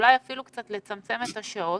אולי אפילו לצמצם את השעות